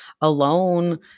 alone